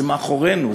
זה מאחורינו,